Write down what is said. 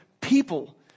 people